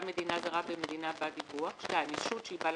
למנהל וממנו למדינה הזרה (1) יחיד שהוא בעל